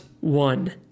one